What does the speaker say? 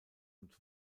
und